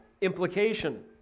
implication